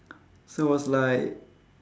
so was like